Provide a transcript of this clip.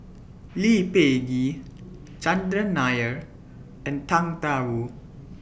Lee Peh Gee Chandran Nair and Tang DA Wu